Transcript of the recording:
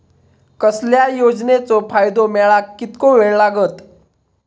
कसल्याय योजनेचो फायदो मेळाक कितको वेळ लागत?